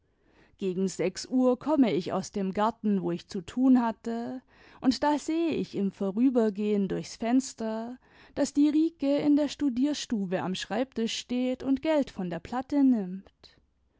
gegen sechs uhr komme ich aus dem garten wo ich zu tun hatte und da sehe ich im vorübergehen durchs fenster daß die rike in der studierstube am schreibtisch steht und geld von der platte nimmt